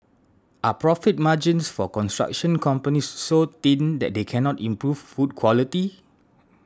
are profit margins for construction companies so thin that they cannot improve food quality